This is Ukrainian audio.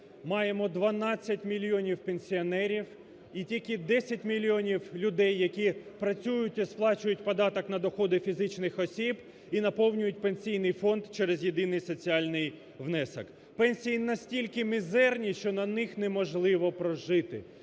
Маємо 12 мільйонів пенсіонерів і тільки 10 мільйонів людей, які працюють і сплачують податок на доходи фізичних осіб і наповнюють пенсійний фонд через єдиний соціальний внесок. Пенсії настільки мізерні, що на них неможливо прожити.